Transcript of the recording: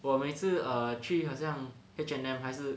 我每次去好像 H&M 还是